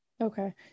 Okay